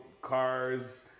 cars